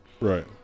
Right